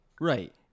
right